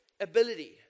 ability